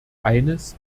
eines